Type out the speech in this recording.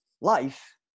life